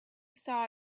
saw